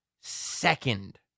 second